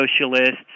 socialists